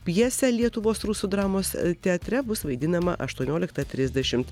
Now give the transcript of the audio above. pjesę lietuvos rusų dramos teatre bus vaidinama aštuonioliktą trisdešimt